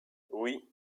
oui